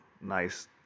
nice